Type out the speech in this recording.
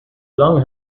long